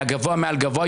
מהגבוה מעל גבוה,